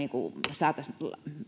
saataisiin